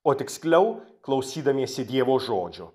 o tiksliau klausydamiesi dievo žodžio